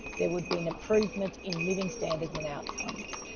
there would be an improvement in living standards and outcomes.